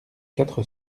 quatre